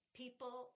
people